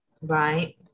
right